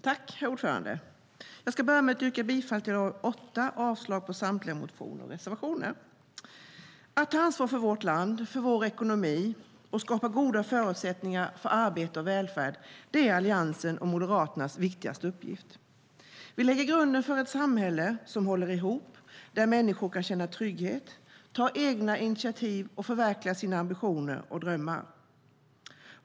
Herr talman! Jag ska börja med att yrka bifall till förslaget i AU8 och avslag på samtliga motioner och reservationer. Att ta ansvar för vårt land och vår ekonomi och skapa goda förutsättningar för arbete och välfärd är Alliansens och Moderaternas viktigaste uppgift. Vi lägger grunden för ett samhälle som håller ihop och där människor kan känna trygghet, ta egna initiativ och förverkliga sina ambitioner och drömmar.